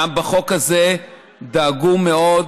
גם בחוק הזה דאגו מאוד,